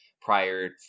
prior